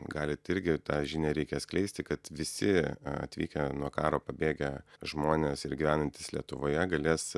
galit irgi tą žinią reikia skleisti kad visi atvykę nuo karo pabėgę žmonės ir gyvenantys lietuvoje galės